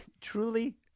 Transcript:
truly